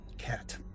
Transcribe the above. cat